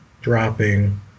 dropping